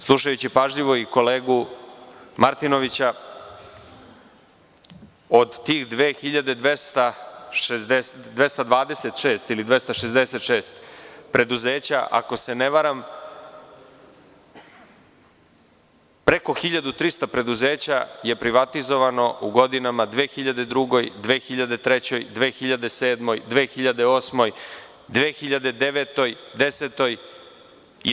Slušajući pažljivo kolegu Martinovića, od tih 2266 preduzeća, ako se ne varam, preko 1300 preduzeća je privatizovano u godinama 2002, 2003, 2007, 2008, 2009, 2010, 2011.